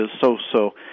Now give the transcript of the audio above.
so-so